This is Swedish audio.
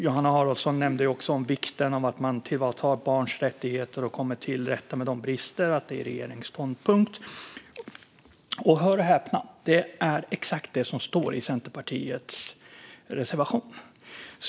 Johanna Haraldsson nämnde också vikten av att man tillvaratar barnets rättigheter och kommer till rätta med bristerna där och sa att det är regeringens ståndpunkt. Hör och häpna! Det är exakt det som står i Centerpartiets reservation.